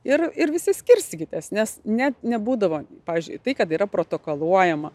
ir ir visi skirstykitės nes net nebūdavo pavyzdžiui tai kad yra protokoluojama